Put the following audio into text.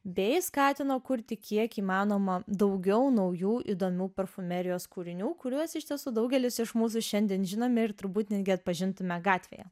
bei skatino kurti kiek įmanoma daugiau naujų įdomių parfumerijos kūrinių kuriuos iš tiesų daugelis iš mūsų šiandien žinomi ir turbūt netgi atpažintume gatvėje